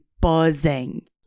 buzzing